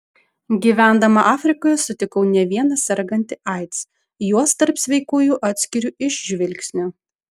gyvendama afrikoje sutikau ne vieną sergantį aids juos tarp sveikųjų atskiriu iš žvilgsnio